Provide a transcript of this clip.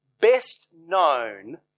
best-known